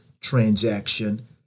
Transaction